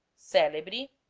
celebre